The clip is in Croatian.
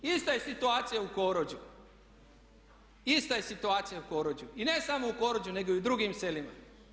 Ista je situacija u Korođu, ista je situacija u Korođu i ne samo u Korođu nego i u drugim selima.